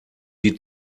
die